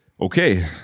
okay